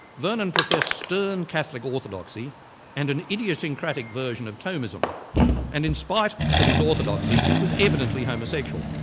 vernon professed stern catholic orthodoxy and an idiosyncratic version of thomism and in spite of his orthodoxy, was evidently homosexual,